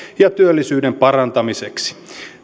ja työllisyyden parantamiseksi